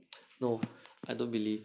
no I don't believe